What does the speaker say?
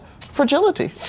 fragility